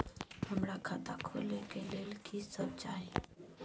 हमरा खाता खोले के लेल की सब चाही?